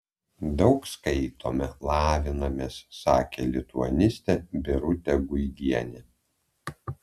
daug skaitome lavinamės sakė lituanistė birutė guigienė